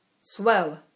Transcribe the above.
Swell